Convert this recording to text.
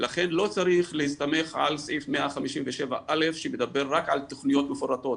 לכן לא צריך להסתמך על סעיף 157א' שמדבר רק על תכניות מפורטות,